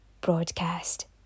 broadcast